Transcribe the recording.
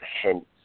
hints